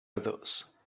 others